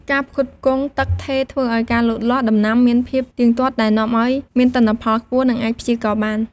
ការផ្គត់ផ្គង់ទឹកថេរ ធ្វើឱ្យការលូតលាស់ដំណាំមានភាពទៀងទាត់ ដែលនាំឱ្យមានទិន្នផលខ្ពស់ និងអាចព្យាករណ៍បាន។